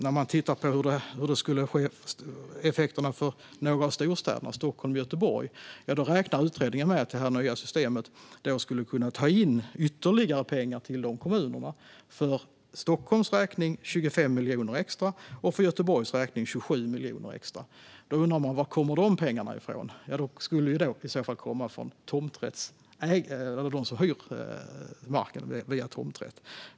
När man tittar på effekterna för några av storstäderna, Stockholm och Göteborg, kan man dessutom se att utredningen räknar med att de kommunerna med det nya systemet skulle kunna ta in ytterligare pengar. För Stockholms räkning handlar det om 25 miljoner extra, och för Göteborg handlar det om 27 miljoner extra. Då undrar man var de pengarna kommer från. De skulle i så fall komma från dem som hyr marken genom tomträtt.